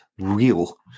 real